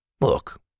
Look